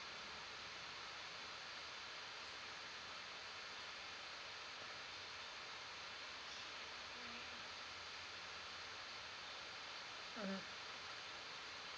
mm